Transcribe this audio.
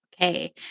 Okay